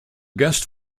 guest